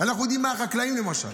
אנחנו יודעים מהחקלאים, למשל,